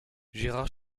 gérard